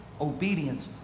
Obedience